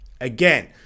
Again